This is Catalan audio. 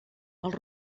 els